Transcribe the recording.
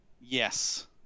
Yes